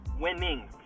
winning